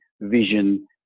vision